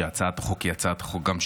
שהצעת החוק היא גם שלו,